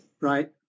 Right